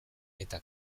eta